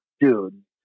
Dude